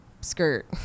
skirt